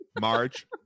Marge